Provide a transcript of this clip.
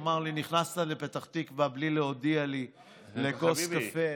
הוא אמר לי: נכנסת לפתח תקווה בלי להודיע לי לכוס קפה.